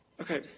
Okay